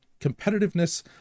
competitiveness